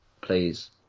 please